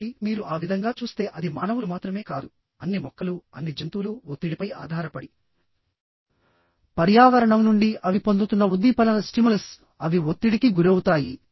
కాబట్టి మీరు ఆ విధంగా చూస్తే అది మానవులు మాత్రమే కాదు అన్ని మొక్కలు అన్ని జంతువులు ఒత్తిడిపై ఆధారపడి పర్యావరణం నుండి అవి పొందుతున్న ఉద్దీపన అవి ఒత్తిడికి గురవుతాయీ